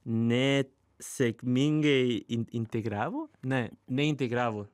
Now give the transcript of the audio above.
ne sėkmingai in integravo ne neintegravo